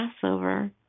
Passover